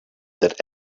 that